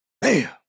bam